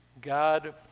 God